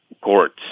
courts